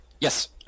Yes